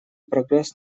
прогресс